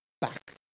back